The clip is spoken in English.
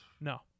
No